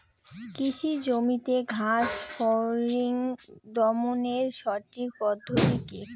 কৃষি জমিতে ঘাস ফরিঙ দমনের সঠিক পদ্ধতি কি?